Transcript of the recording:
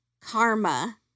karma